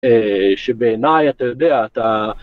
שבעיניי אתה יודע, אתה...